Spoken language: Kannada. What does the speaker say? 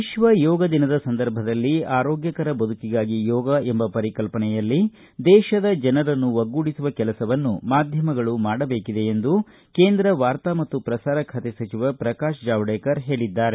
ವಿಶ್ವ ಯೋಗ ದಿನದ ಸಂದರ್ಭದಲ್ಲಿ ಆರೋಗ್ಯಕರ ಬದುಕಿಗಾಗಿಯೋಗ ಎಂಬ ಪರಿಕಲ್ಪನೆಯಲ್ಲಿ ದೇತದ ಜನರನ್ನು ಒಗ್ಗೂಡಿಸುವ ಕೆಲಸವನ್ನು ಮಾಧ್ಯಮಗಳು ಮಾಡಬೇಕಿದೆ ಎಂದು ಕೇಂದ್ರ ವಾರ್ತಾ ಮತ್ತು ಪ್ರಸಾರ ಖಾತೆ ಸಚಿವ ಪ್ರಕಾಶ್ ಜಾವಡೇಕರ್ ಹೇಳಿದ್ದಾರೆ